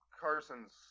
Carson's